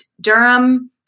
Durham